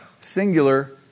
singular